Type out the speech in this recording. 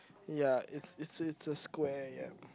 ya it's it's it's a square ya